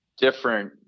Different